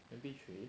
M_P three